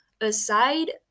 aside